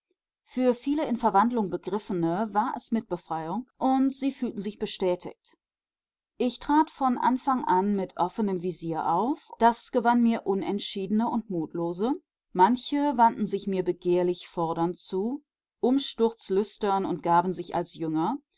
für viele in verwandlung begriffene war es mitbefreiung und sie fühlten sich bestätigt ich trat von anfang an mit offenem visier auf das gewann mir unentschiedene und mutlose manche wandten sich mir begehrlich fordernd zu umsturzlüstern und gaben sich als jünger